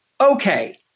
Okay